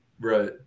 Right